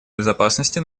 безопасности